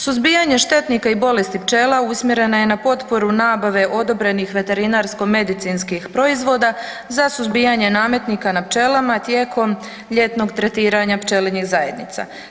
Suzbijanje štetnika bolesti pčela usmjerena je na potporu nabave odobrenih veterinarsko medicinskih proizvoda za suzbijanje nametnika na pčelama tijekom ljetnog tretiranja pčelinjih zajednica.